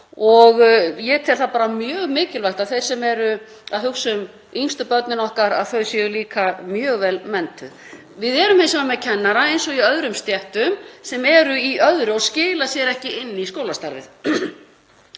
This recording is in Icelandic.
Ég tel það bara mjög mikilvægt að þau sem eru að hugsa um yngstu börnin okkar séu líka mjög vel menntuð. Við erum hins vegar með kennara, eins og í öðrum stéttum, sem eru í öðru og skila sér ekki inn í skólastarfið